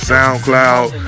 SoundCloud